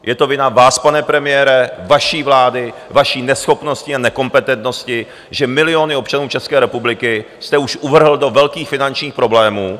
Je to vina vás, pane premiére, vaší vlády, vaší neschopnosti a nekompetentnosti, že miliony občanů České republiky jste už uvrhl do velkých finančních problémů.